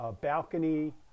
balcony